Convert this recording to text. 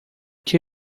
que